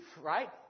right